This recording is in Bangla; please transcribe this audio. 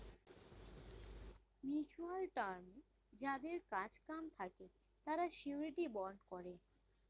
মিউচুয়াল টার্মে যাদের কাজ কাম থাকে তারা শিউরিটি বন্ড করে